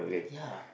ya